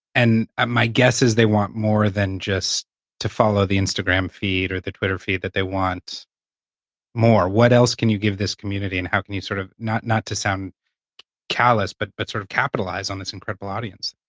and ah my guess is they want more than just to follow the instagram feed or the twitter feed, that they want more. what else can you give this community, and how can you sort of, not not to sound callous, but but sort of capitalize on this incredible audience?